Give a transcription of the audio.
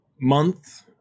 month